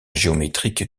géométrique